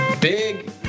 Big